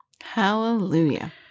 Hallelujah